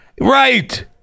Right